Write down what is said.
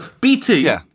BT